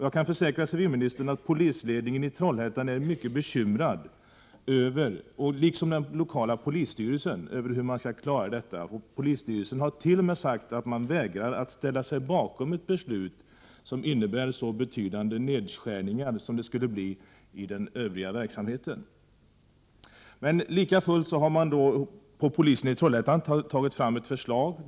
Jag kan försäkra civilministern att polisledningen i Trollhättan är mycket bekymrad, liksom den lokala polisstyrelsen, över hur man skall klara av detta. Polisstyrelsen har t.o.m. uttalat att man vägrar ställa sig bakom ett beslut som innebär så betydande nedskärningar, vilket det skulle bli i den övriga verksamheten. Lika fullt har polisen i Trollhättan lagt fram ett förslag.